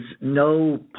no